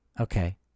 Okay